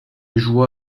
joua